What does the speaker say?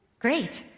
great.